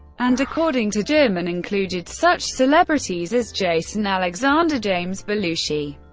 and according to jim, and included such celebrities as jason alexander, james belushi,